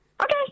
Okay